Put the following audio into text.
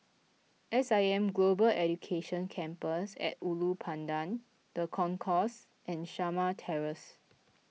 S I M Global Education Campus at Ulu Pandan the Concourse and Shamah Terrace